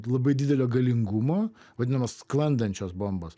labai didelio galingumo vadinamas sklandančios bombos